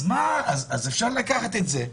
אז אפשר לקחת את זה,